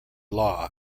law